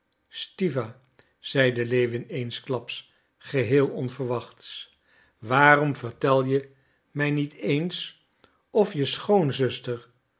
stiwa zeide lewin eensklaps geheel onverwacht waarom vertel je mij niet eens of je